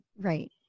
Right